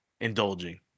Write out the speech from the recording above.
indulging